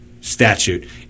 statute